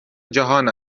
جهان